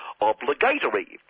obligatory